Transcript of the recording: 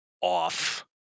off